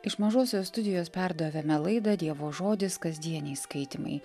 iš mažosios studijos perdavėme laidą dievo žodis kasdieniai skaitymai